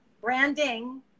Branding